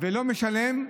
ולא משלם,